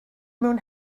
mewn